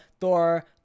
Thor